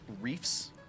reefs